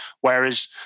Whereas